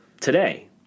today